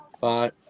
Five